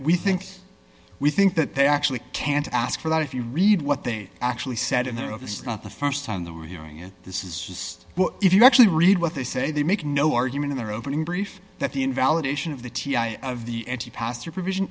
we think we think that they actually can't ask for that if you read what they actually said in their office not the st time they were hearing it this is just if you actually read what they say they make no argument in their opening brief that the invalidation of the t i a of the n t pastor provision